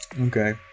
okay